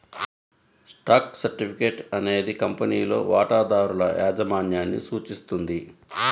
stock certificate అనేది కంపెనీలో వాటాదారుల యాజమాన్యాన్ని సూచిస్తుంది